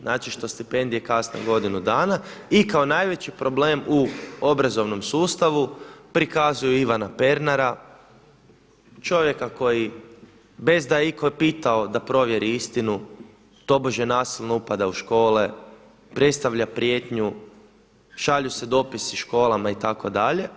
Znači što stipendije kasne godinu dana i kao najveći problem u obrazovnom sustavu prikazuju Ivana Pernara, čovjeka koji bez da je itko pitao da provjeri istinu, tobože nasilno upada u škole, predstavlja prijetnju, šalju se dopisi školama itd.